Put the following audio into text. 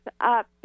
up